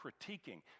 critiquing